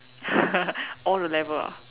all the level ah